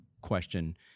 question